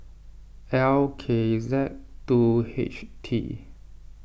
L K Z two H T